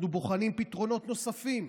אנחנו בוחנים פתרונות נוספים,